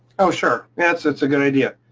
oh, sure. yeah, it's it's a good idea.